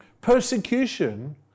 persecution